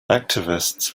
activists